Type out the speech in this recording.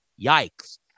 Yikes